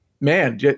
man